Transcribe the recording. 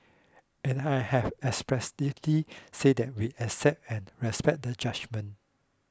and I have expressively said that we accept and respect the judgement